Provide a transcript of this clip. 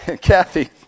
Kathy